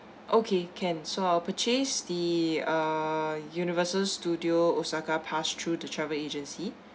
okay can so I'll purchase the uh universal studio osaka pass through to travel agency